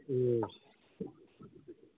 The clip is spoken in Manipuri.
ꯎꯝ